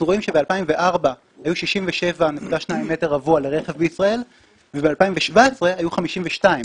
רואים שב-2004 היו 67.2 מטר רבוע לרכב בישראל וב-2017 היו 52,